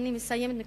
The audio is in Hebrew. אני מסיימת.